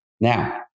Now